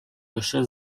лише